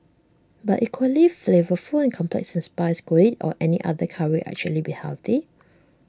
but equally flavourful and complex in spice could IT or any other Curry actually be healthy